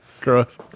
Gross